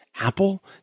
Apple